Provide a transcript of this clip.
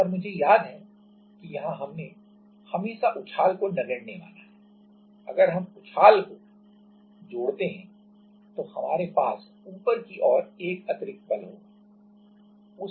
और मुझे याद है कि यहां हमने हमेशा उछाल को नगण्य माना है अगर हम उछाल को जोड़ते हैं तो हमारे पास ऊपर की ओर एक अतिरिक्त बल होगा